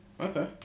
okay